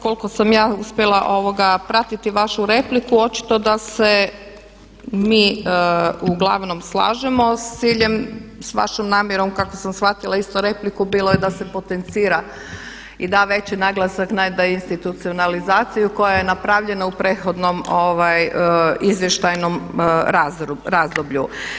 Koliko sam ja uspjela pratiti vašu repliku očito da se mi uglavnom slažemo s ciljem, s vašom namjerom kako sam shvatila isto repliku bilo je da se potencira i da veći naglasak na deinstitucionalizaciju koja je napravljena u prethodnom izvještajnom razdoblju.